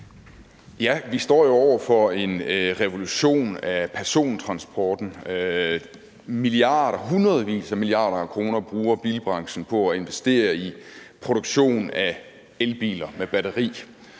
Vi står jo over for en revolution af persontransporten. Hundredvis af milliarder af kroner bruger bilbranchen på at investere i produktion af elbiler med batteri.